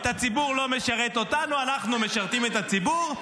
הציבור לא משרת אותנו, אנחנו משרתים את הציבור.